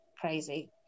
crazy